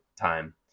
time